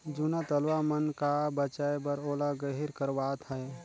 जूना तलवा मन का बचाए बर ओला गहिर करवात है